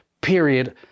period